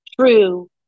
true